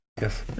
Yes